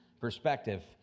Perspective